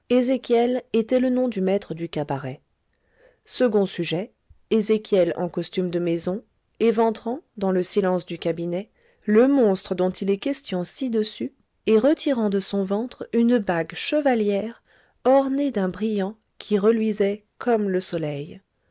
était le nom du maître du cabaret second sujet ezéchiel en costume de maison éventrant dans le silence du cabinet le monstre dont il est question ci-dessus et retirant de son ventre une bague chevalière ornée d'un brillant qui reluisait comme le soleil